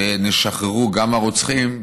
שישוחררו גם הרוצחים,